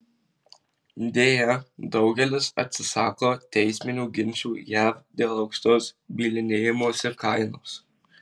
deja daugelis atsisako teisminių ginčų jav dėl aukštos bylinėjimosi kainos